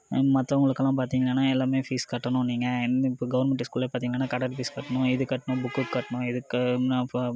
மற்றவங்களுக்கெல்லாம் பார்த்திங்கன்னா எல்லாமே ஃபீஸ் கட்டணும் நீங்கள் இப்போ கவர்மெண்ட் ஸ்கூலில் பார்த்திங்களான்னா கட்டிட ஃபீஸ் கட்டணும் இது கட்டணும் புக்குக்கு கட்டணும் இதுக்கு நான்